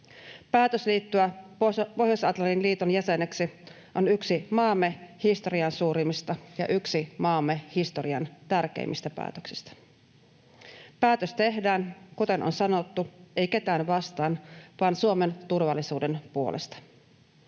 Päätös liittyä Pohjois-Atlantin liiton jäseneksi on yksi maamme historian suurimmista ja yksi maamme historian tärkeimmistä päätöksistä. Päätöstä ei tehdä, kuten on sanottu, ketään vastaan vaan Suomen turvallisuuden puolesta.